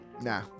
nah